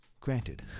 Granted